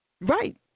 Right